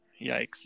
Yikes